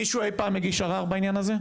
מישהו אי פעם הגיש ערער בעניין הזה?